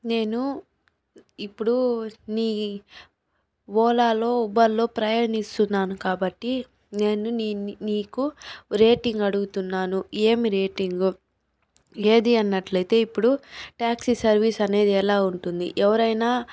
నేను ఇప్పుడు నీ ఓలాలో ఉబర్లో ప్రయాణిస్తున్నాను కాబట్టి నేను నీ నీకు రేటింగ్ అడుగుతున్నాను ఏమి రేటింగు ఏది అన్నట్లయితే ఇప్పుడు ట్యాక్సీ సర్వీస్ అనేది ఎలా ఉంటుంది ఎవరైనా